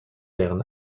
deren